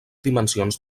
dimensions